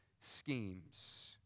schemes